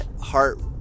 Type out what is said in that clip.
heart